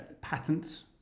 patents